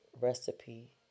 recipe